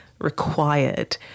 required